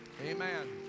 Amen